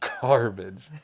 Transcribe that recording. garbage